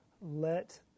let